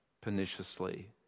perniciously